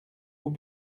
aux